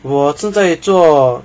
我正在做